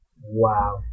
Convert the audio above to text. Wow